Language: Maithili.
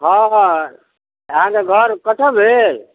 हँ अहाँके घर कतऽ भेल